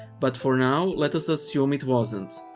but for now, let us assume it wasn't.